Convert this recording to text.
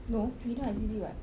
no we know azizi [what]